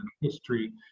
history